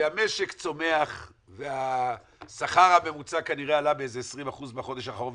כשהמשק צומח והשכר הממוצע כנראה עלה ב-20% בחודש האחרון,